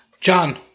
John